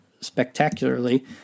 spectacularly